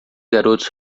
garotos